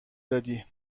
دادی